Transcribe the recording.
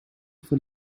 for